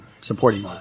supporting